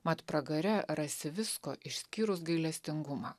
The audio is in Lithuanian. mat pragare rasi visko išskyrus gailestingumą